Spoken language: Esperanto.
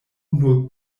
nur